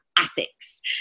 Ethics